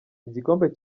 igikombe